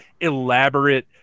elaborate